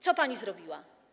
Co pani zrobiła?